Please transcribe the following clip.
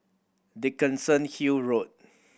Dickenson Hill Road